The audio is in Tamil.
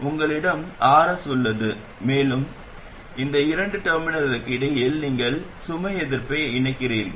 உங்களிடம் ரூ உள்ளது மேலும் இந்த இரண்டு டெர்மினல்களுக்கு இடையில் நீங்கள் சுமை எதிர்ப்பை இணைக்கிறீர்கள்